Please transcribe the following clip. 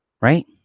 right